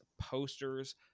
posters